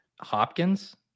Hopkins